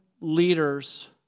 leaders